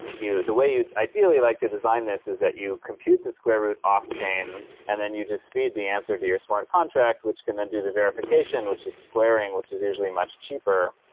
the way you ideally like to design this is that you compute the square root off chain and then you just feed the answer to your smart contract, which can then do the verification, which is squaring which is usually much cheaper.